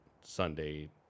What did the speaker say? Sunday